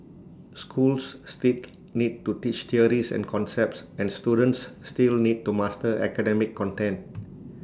schools still need to teach theories and concepts and students still need to master academic content